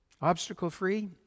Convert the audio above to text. Obstacle-free